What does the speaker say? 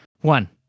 One